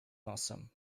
nosem